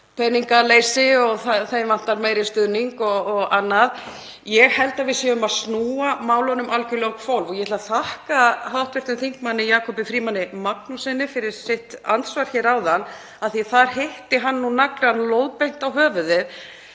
peningaleysi og að það vanti meiri stuðning og annað. Ég held að við séum að snúa málunum algerlega á hvolf. Ég ætla að þakka hv. þm. Jakobi Frímanni Magnússyni fyrir sitt andsvar áðan af því að þar hitti hann naglann lóðbeint á höfuðið